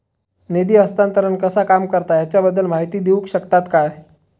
निधी हस्तांतरण कसा काम करता ह्याच्या बद्दल माहिती दिउक शकतात काय?